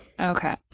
Okay